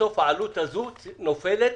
בסוף העלות נופלת